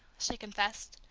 she confessed,